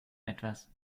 etwas